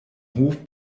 hof